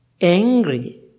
angry